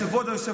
מוותר.